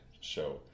show